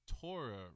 Torah